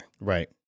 Right